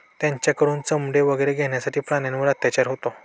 त्यांच्याकडून चामडे वगैरे घेण्यासाठी प्राण्यांवर अत्याचार होतो